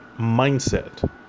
mindset